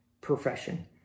profession